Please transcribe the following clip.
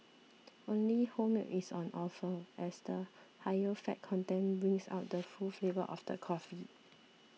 only whole milk is on offer as the higher fat content brings out the full flavour of the coffee